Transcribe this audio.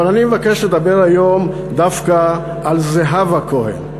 אבל אני מבקש לדבר היום דווקא על זהבה כהן.